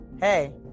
hey